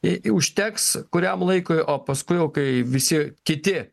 jei užteks kuriam laikui o paskui jau kai visi kiti